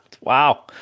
Wow